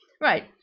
Right